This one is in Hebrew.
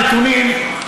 הנתונים,